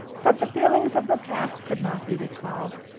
but the feelings of the past could not be recalled